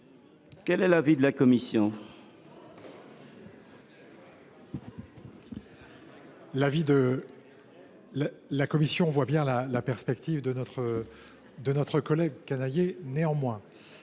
Quel est l’avis de la commission ?